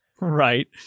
Right